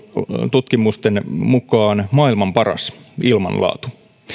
tutkimusten mukaan maailman paras ilmanlaatu